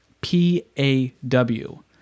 P-A-W